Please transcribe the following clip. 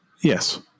Yes